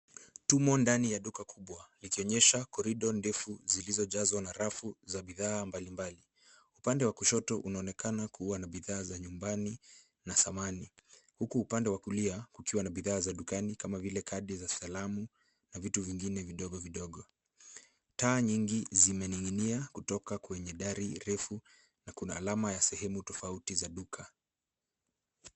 Tumo ndani ya duka kubwa ikionyesha corridor ndefu zilizojazwa na rafu za bidhaa mbalimbali. Upande wa kushoto unaonekana kuwa na bidhaa za nyumbani na samani huku upande wa kulia kukiwa na bidhaa za dukani kama vile kadi za salamu na vitu vingine vidogo vidogo. Taa nyingi zimening'inia kutoka kwenye dari refu na kuna alama ya sehemu tofauti za duka.